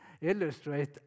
illustrate